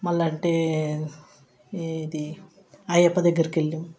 మళ్ళా అంటే ఇది అయ్యప్ప దగ్గరికి వెళ్ళినాం